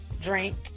drink